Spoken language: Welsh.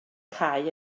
cau